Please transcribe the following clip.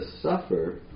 suffer